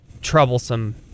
troublesome